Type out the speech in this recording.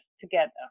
together